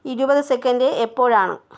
ഇരുപത് സെക്കൻഡ് എപ്പോഴാണ്